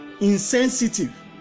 insensitive